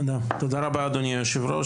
תודה רבה, אדוני היושב-ראש.